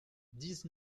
dix